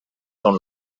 són